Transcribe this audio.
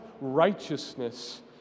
righteousness